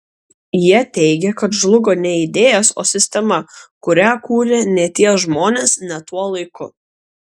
jie teigia kad žlugo ne idėjos o sistema kurią kūrė ne tie žmonės ne tuo laiku